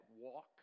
walk